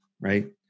right